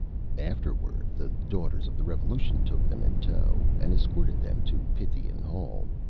afterward the daughters of the revolution took them in tow, and escorted them to pythian hall,